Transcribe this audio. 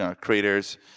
creators